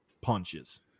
punches